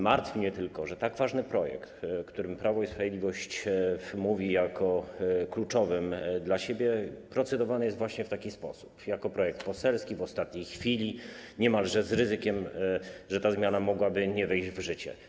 Martwi mnie tylko, że tak ważny projekt, o którym Prawo i Sprawiedliwość mówi jako kluczowym dla siebie, procedowany jest właśnie w taki sposób: jako projekt poselski, w ostatniej chwili, niemalże z ryzykiem, że ta zmiana mogłaby nie wejść w życie.